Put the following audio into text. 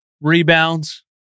rebounds